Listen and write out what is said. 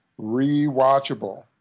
rewatchable